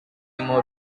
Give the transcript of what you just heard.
more